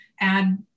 add